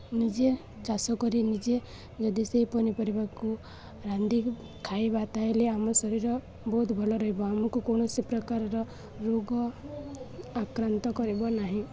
ନିଜେ ଚାଷ କରି ନିଜେ ଯଦି ସେହି ପନିପରିବାକୁ ରାନ୍ଧିକି ଖାଇବା ତା'ହେଲେ ଆମ ଶରୀର ବହୁତ ଭଲ ରହିବ ଆମକୁ କୌଣସି ପ୍ରକାରର ରୋଗ ଆକ୍ରାନ୍ତ କରିବ ନାହିଁ